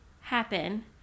happen